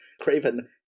Craven